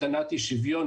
הקטנת אי שוויון,